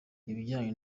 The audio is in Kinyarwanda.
ibijyanye